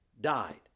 died